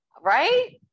right